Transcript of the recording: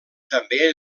també